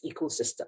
ecosystem